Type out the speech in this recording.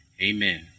Amen